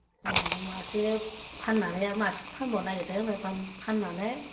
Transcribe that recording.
उनावहाय मासे फाननानै आरो मासे फानबावनो नागिरदों बे फाननानै